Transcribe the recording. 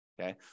okay